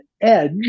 edge